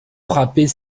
frapper